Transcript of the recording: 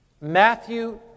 Matthew